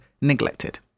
neglected